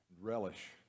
relish